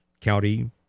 county